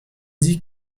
dit